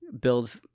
build